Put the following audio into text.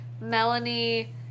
Melanie